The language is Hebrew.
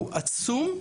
הוא עצום.